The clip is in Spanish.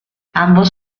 ambos